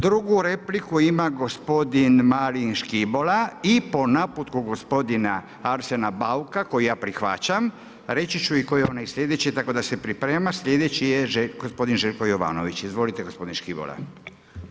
Drugu repliku ima gospodin Marin Škibola i po naputku gospodina Arsena Bauka, koji ja prihvaćam, reći ću i tko je onaj sljedeći, tako da se priprema, sljedeći je gospodin Željko Jovanović, izvolite gospodin Škibola.